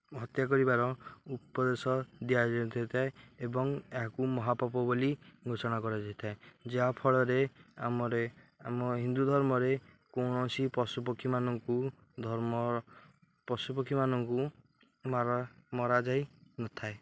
ହତ୍ୟା କରିବାର ଉପଦେଶ ଦିଆଯାଇନଥାଏ ଏବଂ ଏହାକୁ ମହାପାପ ବୋଲି ଘୋଷଣା କରାଯାଇଥାଏ ଯାହା ଫଳରେ ଆମର ଏ ଆମ ହିନ୍ଦୁ ଧର୍ମରେ କୌଣସି ପଶୁପକ୍ଷୀମାନଙ୍କୁ ଧର୍ମ ପଶୁପକ୍ଷୀମାନଙ୍କୁ ମାରା ମରାଯାଇନଥାଏ